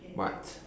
what